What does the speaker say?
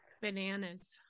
Bananas